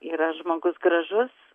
yra žmogus gražus